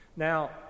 Now